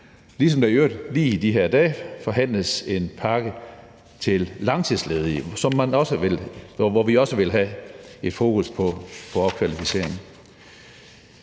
ligesom der i øvrigt lige i de her dage forhandles om en pakke til langtidsledige, hvor vi også vil have fokus på opkvalificering.